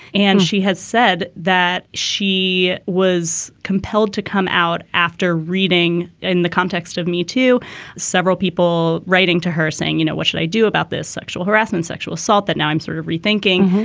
and she has said that she was compelled to come out after reading in the context of me to several people writing to her saying, you know, what should i do about this sexual harassment, sexual assault that now i'm sort of rethinking,